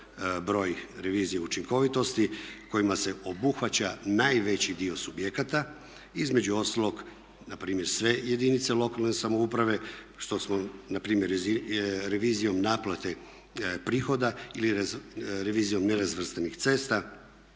broj revizija učinkovitosti kojima se obuhvaća najveći dio subjekata, između ostalog npr. sve jedinice lokalne samouprave što smo npr. revizijom naplate prihode ili revizijom nerazvrstanih cesta